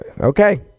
Okay